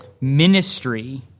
ministry